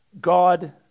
God